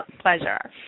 pleasure